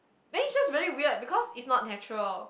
then it's just very weird because it's not natural